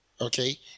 okay